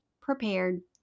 prepared